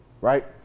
right